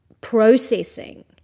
processing